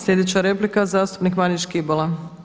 Sljedeća replika, zastupnik Marin Škibola.